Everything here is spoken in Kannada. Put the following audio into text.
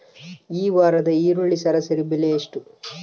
ಈ ವಾರದ ಈರುಳ್ಳಿ ಸರಾಸರಿ ಬೆಲೆ ಎಷ್ಟು?